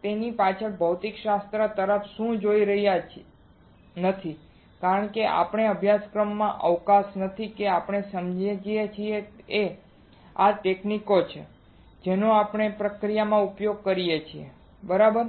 તેની પાછળ ભૌતિકશાસ્ત્ર તરફ જોઈ રહ્યા નથી કારણ કે આપણા અભ્યાસક્રમનો અવકાશ નથી કે આપણે સમજીએ છીએ કે આ તકનીકો છે જેનો આપણે પ્રક્રિયામાં ઉપયોગ કરી શકીએ છીએ બરાબર